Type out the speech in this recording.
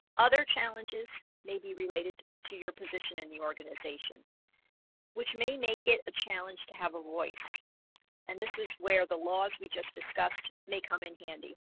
other challenges may be related to your position in the organization which may make it a challenge to have a voice and this is where the laws we just discussed may come in handy